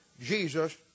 Jesus